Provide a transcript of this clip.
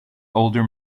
older